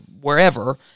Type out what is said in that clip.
wherever